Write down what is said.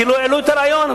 כי לא העלו את הרעיון.